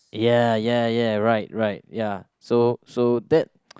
ya ya ya right right ya so so that